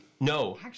No